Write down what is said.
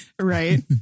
Right